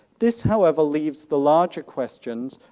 this, however, leaves the larger questions,